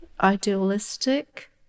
idealistic